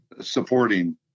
supporting